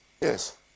Yes